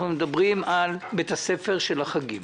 אנחנו מדברים על בית ספר של החגים